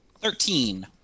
Thirteen